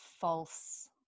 false